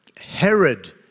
Herod